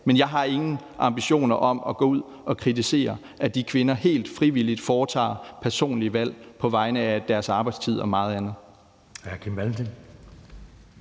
Men jeg har ingen ambitioner om at gå ud og kritisere, at de kvinder helt frivilligt foretager personlige valg om deres arbejdstid og meget andet.